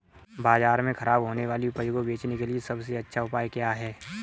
बाजार में खराब होने वाली उपज को बेचने के लिए सबसे अच्छा उपाय क्या है?